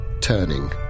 turning